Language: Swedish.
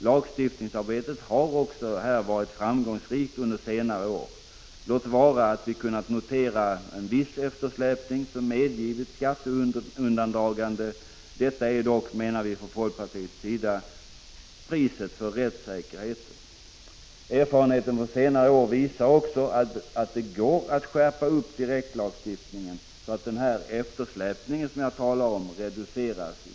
Lagstiftningsarbetet har här varit framgångsrikt under senare år — låt vara att vi har kunnat notera en viss eftersläpning som har medgivit skatteundandragande. Detta är dock priset för rättssäkerheten, enligt folkpartiets uppfattning. Erfarenheten från senare år visar att det går att skärpa direktlagstiftningen så att eftersläpningens betydelse reduceras.